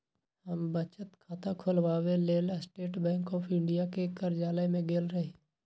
हम बचत खता ख़ोलबाबेके लेल स्टेट बैंक ऑफ इंडिया के कर्जालय में गेल रही